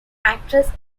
actress